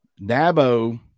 Dabo